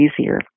easier